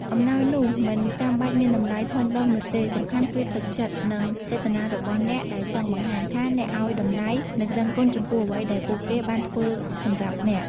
អំណោយនោះមិនចាំបាច់មានតម្លៃធំដុំនោះទេ សំខាន់គឺទឹកចិត្ត និងចេតនារបស់អ្នកដែលចង់បង្ហាញថាអ្នកឲ្យតម្លៃ និងដឹងគុណចំពោះអ្វីដែលពួកគេបានធ្វើសម្រាប់អ្នក។